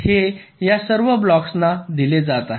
हे या सर्व 3 ब्लॉक्सना दिले जात आहे